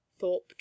thorpe